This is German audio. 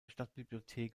stadtbibliothek